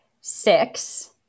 six